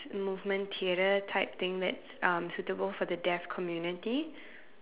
movement theatre type thing that's uh suitable for the deaf community